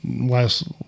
last